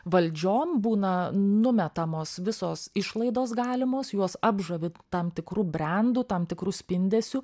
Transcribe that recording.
valdžiom būna numetamos visos išlaidos galimos juos apžavi tam tikru brendu tam tikru spindesiu